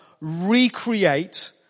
recreate